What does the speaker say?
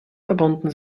verbunden